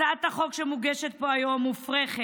הצעת החוק שמוגשת פה היום מופרכת,